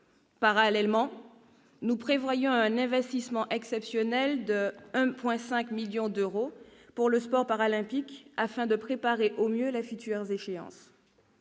Parallèlement, nous prévoyons un investissement exceptionnel de 1,5 million d'euros pour le sport paralympique, afin de préparer au mieux les futures échéances.